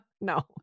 no